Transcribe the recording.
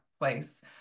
place